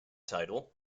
title